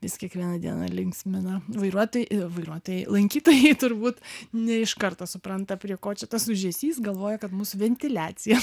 vis kiekvieną dieną linksmina vairuotojai vairuotojai lankytojai turbūt ne iš karto supranta prie ko čia tas ūžesys galvoja kad mūsų ventiliacija